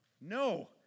No